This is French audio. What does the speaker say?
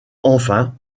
enfin